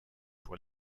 pour